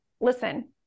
listen